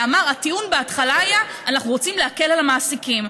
והטיעון בהתחלה היה: אנחנו רוצים להקל על המעסיקים,